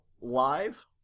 live